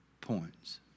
points